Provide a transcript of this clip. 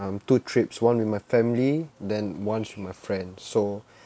um two trips one with my family then one is with my friend so